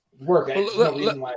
work